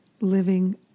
living